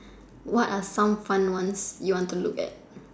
what are some fun ones you want to look at